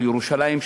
על ירושלים,